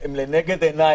הם לנגד עיניי.